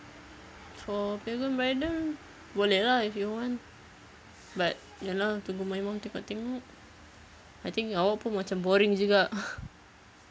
so begum bridal boleh lah if you want but ya lah tunggu my mum tengok-tengok I think awak pun macam boring juga